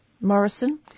Morrison